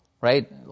right